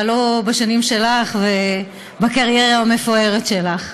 אבל לא בשנים שלך ובקריירה המפוארת שלך.